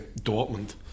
Dortmund